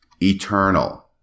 eternal